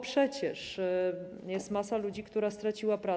Przecież jest masa ludzi, która straciła pracę.